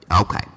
Okay